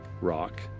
rock